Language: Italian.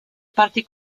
parti